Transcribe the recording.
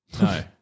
No